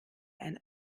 ein